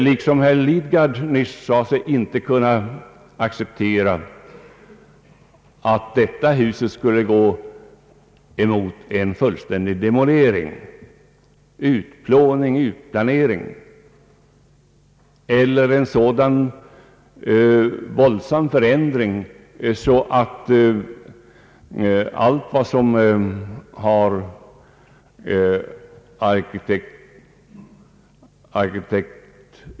Liksom herr Lidgard nyss inte sade sig kunna acceptera att det nuvarande riksdagshuset skulle gå mot en fullständig demolering, utplåning, utplanering eller en sådan våldsam förändring att all arkitektonisk .